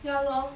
ya lor